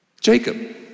Jacob